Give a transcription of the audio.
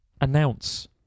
announce